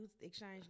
exchange